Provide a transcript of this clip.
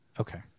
Okay